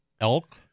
elk